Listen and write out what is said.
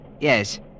Yes